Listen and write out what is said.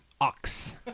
Ox